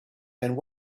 and